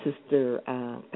Sister